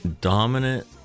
dominant